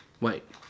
Wait